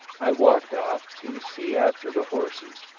i walked off to see after the horses,